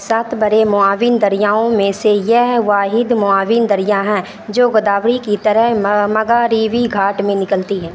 سات بڑے معاون دریاؤں میں سے یہ واحد معاون دریا ہیں جو گوداوری کی طرح مغربی گھاٹ میں نکلتی ہے